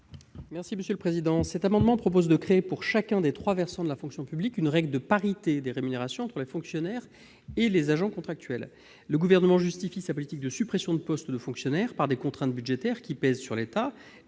est à M. Jérôme Durain. Cet amendement vise à créer, pour chacun des trois versants de la fonction publique, une règle de parité des rémunérations entre les fonctionnaires et les agents contractuels. Le Gouvernement justifie sa politique de suppression de postes de fonctionnaires par les contraintes budgétaires qui pèsent sur l'État